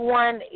one